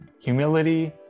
Humility